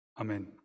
Amen